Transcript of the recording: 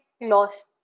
lost